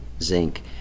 zinc